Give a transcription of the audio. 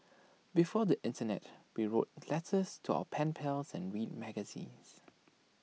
before the Internet we wrote letters to our pen pals and read magazines